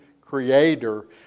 creator